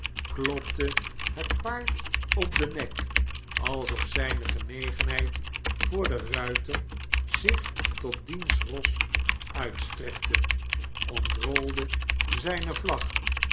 klopte het paard op den nek alsof zijne genegenheid voor den ruiter zich tot diens ros uitstrekte ontrolde zijne vlag